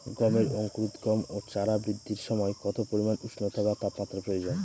গমের অঙ্কুরোদগম ও চারা বৃদ্ধির সময় কত পরিমান উষ্ণতা বা তাপমাত্রা প্রয়োজন?